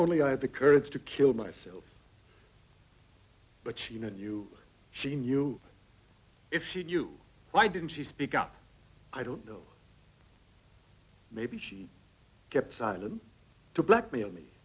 only i had the courage to kill myself but she knew she knew if she knew why didn't she speak up i don't know maybe she kept saddam to blackmail me